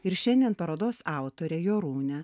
ir šiandien parodos autorė jorūnė